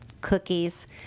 cookies